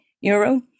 euro